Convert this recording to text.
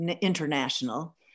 international